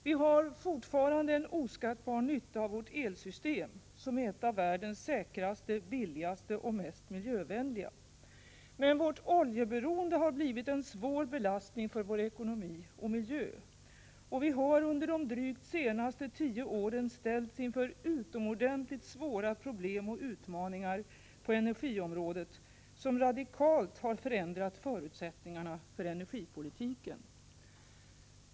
Vi har fortfarande en oskattbar nytta av vårt elsystem, som är ett av världens säkraste, billigaste och mest miljövänliga. Men vårt oljeberoende har blivit en svår belastning för vår ekonomi och miljö. Och vi har under de drygt senaste tio åren ställts inför utomordentligt svåra problem och utmaningar på energiområdet som radikalt förändrat förutsättningarna för energipolitiken.